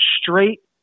straight